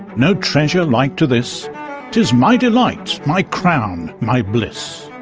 no treasure like to this tis my delight, my crown, my bliss.